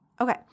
Okay